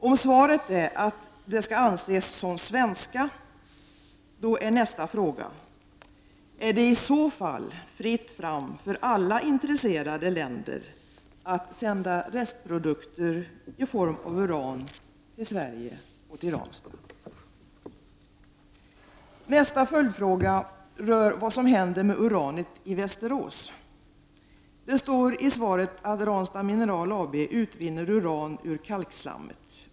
Om svaret är att de skall anses som svenska, är nästa fråga: Är det i så fall fritt fram för alla intresserade länder att sända restprodukter av kärnämne i form av uran till Sverige och Ranstad? Nästa följdfråga rör vad som händer med uranet i Västerås. Det står i svaret att Ranstad Mineral AB utvinner uran ur kalkslammet.